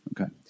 Okay